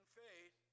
faith